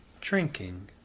Drinking